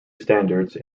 standards